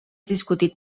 discutit